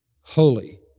holy